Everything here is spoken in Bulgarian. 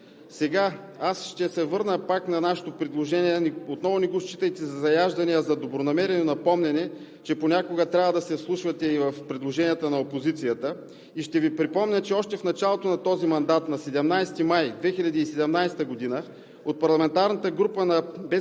Сега аз ще се върна пак на нашето предложение, но не го считайте отново за заяждане, а за добронамерено напомняне, че понякога трябва да се вслушвате и в предложенията на опозицията. Ще Ви припомня, че още в началото на този мандат – 17 май 2017 г., от парламентарната група на „БСП